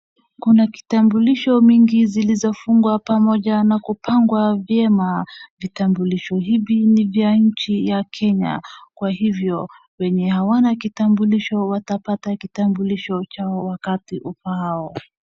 Kuna kitambulisho mingi zilizo fungwa pamoja na kupangwa vyema. Vitambulisho hivi ni vya nchi ya Kenya. Kwa hivyo wenye hawana kitambulisho watapata kitambulisho chao wakati ufaao.